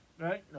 right